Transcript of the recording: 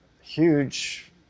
huge